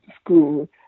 school